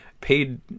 paid